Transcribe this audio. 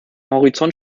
horizont